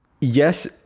Yes